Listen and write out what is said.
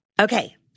Okay